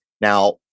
Now